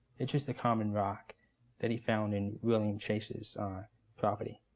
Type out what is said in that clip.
it's just a common rock that he found in william chase's property,